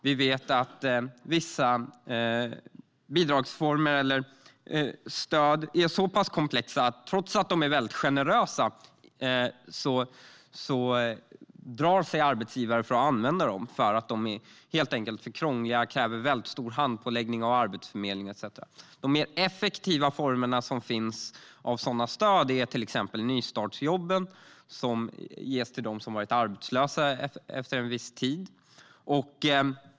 Vi vet att vissa bidragsformer eller stöd är så pass komplexa att trots att de är väldigt generösa drar sig arbetsgivare för att använda dem. De är helt enkelt för krångliga. De kräver väldigt stor handpåläggning av arbetsförmedling etcetera. En mer effektiv form av sådana stöd är till exempel nystartsjobben, som ges till dem som varit arbetslösa efter en viss tid.